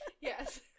Yes